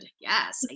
Yes